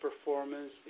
performance